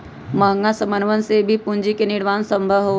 महंगा समनवन से भी पूंजी के निर्माण सम्भव होबा हई